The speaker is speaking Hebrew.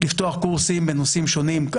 לפתוח קורסים בנושאים שונים.